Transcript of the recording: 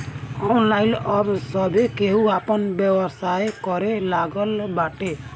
online अब सभे केहू आपन व्यवसाय करे लागल बाटे